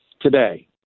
today